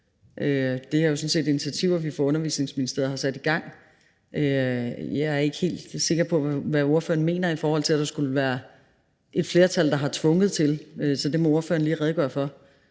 set initiativer, vi fra Undervisningsministeriets side har sat i gang, og jeg er ikke helt sikker på, hvad ordføreren mener, i forhold til at der skulle være et flertal, der har tvunget os til noget. Så det må ordføreren lige redegøre for.